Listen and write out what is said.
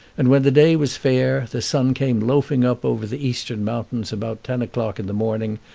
and when the day was fair the sun came loafing up over the eastern mountains about ten o'clock in the morning,